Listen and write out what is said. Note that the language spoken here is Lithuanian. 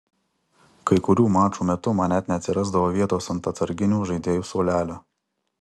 kai kurių mačų metu man net neatsirasdavo vietos ant atsarginių žaidėjų suolelio